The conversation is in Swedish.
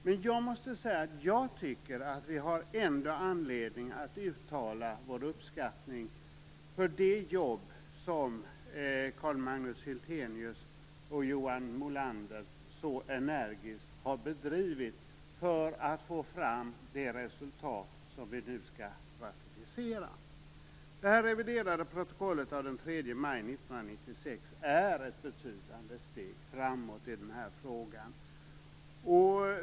Men jag tycker ändå att vi har anledning att uttala våra uppskattning för det jobb som Carl Magnus Hyltenius och Johan Molander så energiskt har bedrivit för att få fram det resultat som vi nu skall ratificera. Det reviderade protokollet av den 3 maj 1996 innebär ett betydande steg framåt i den här frågan.